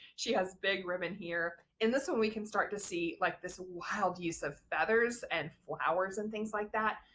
she has big ribbon here. in this one we can start to see, like, this wild use of feathers and flowers and things like that.